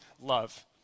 love